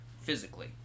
physically